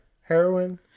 Heroin